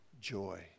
joy